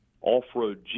off-road